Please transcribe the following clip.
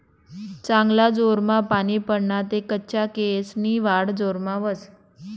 चांगला जोरमा पानी पडना ते कच्चा केयेसनी वाढ जोरमा व्हस